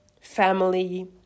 family